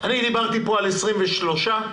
דיברתי פה על 23,